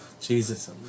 Jesus